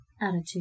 attitude